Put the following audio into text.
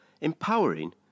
Empowering